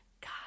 God